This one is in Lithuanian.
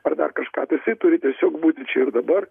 ar dar kažką tai jisai turi tiesiog būti čia ir dabar